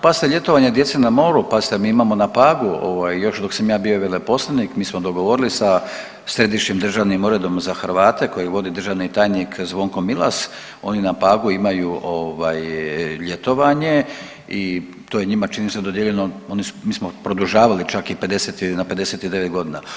Pazite ljetovanje djece na moru, pazite mi imamo na Pagu ovaj još dok sam ja bio veleposlanik mi smo dogovorili sa Središnjim državnim uredom za Hrvate koji vodi državni tajnik Zvonko Milas, oni na Pagu imaju ovaj ljetovanje i to je njima čini se dodijeljeno oni su, mi smo produžavali čak i 50 ili na 59 godina.